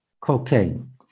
cocaine